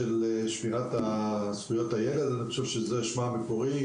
לשמירת זכויות הילד אני חושב שזה שמה המקורי.